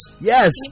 yes